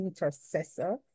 intercessor